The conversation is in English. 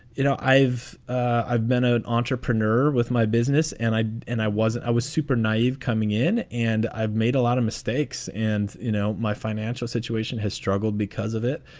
you know, i've i've been ah an entrepreneur with my business. and i. and i wasn't i was super naive coming in. and i've made a lot of mistakes. and, you know, my financial situation has struggled because of it.